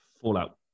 Fallout